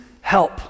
help